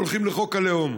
הם הולכים לחוק הלאום.